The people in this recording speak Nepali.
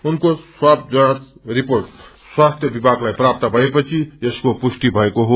उनको स्वाब जाँच रिपोट स्वास्थ्य विभागलाई प्राप्त भएपछि यसको पुष्टि भएको छ